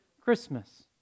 Christmas